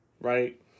right